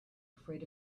afraid